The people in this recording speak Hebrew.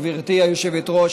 גברתי היושבת-ראש,